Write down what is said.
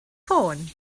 ffôn